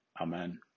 Amen